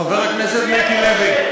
חבר הכנסת מיקי לוי,